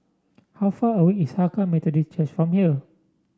how far away is Hakka Methodist Church from here